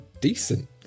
decent